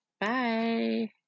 Bye